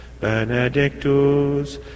benedictus